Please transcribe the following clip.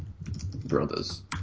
brothers